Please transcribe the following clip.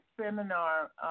seminar